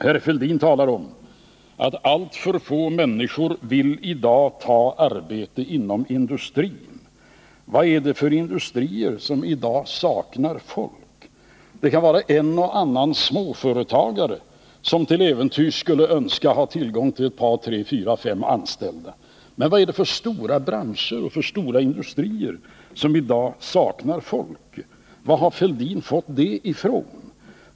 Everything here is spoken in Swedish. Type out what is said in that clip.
Herr Fälldin talar om att alltför få människor i dag vill ta arbete inom industrin. Vad är det för industrier som i dag saknar folk? Det kan vara en och annan småföretagare som till äventyrs skulle önska ha tillgång till ett par eller fyra fem anställda. Men vad är det för stora branscher och stora industrier som i dag saknar folk? Var har herr Fälldin fått detta ifrån?